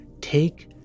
Take